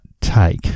take